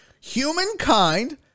Humankind